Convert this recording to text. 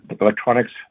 electronics